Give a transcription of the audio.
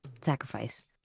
sacrifice